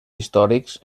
històrics